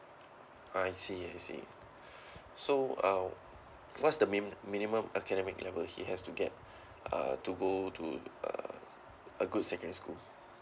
I see I see so uh what's the min minimum academic level he has to get uh to go to uh a good secondary school